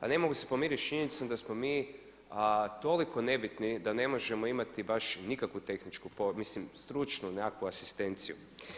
Ali ne mogu se pomiriti sa činjenicom da smo mi toliko nebitni da ne možemo imati baš nikakvu tehničku, mislim stručnu nekakvu asistenciju.